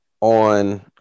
On